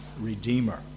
Redeemer